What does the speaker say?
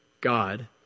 God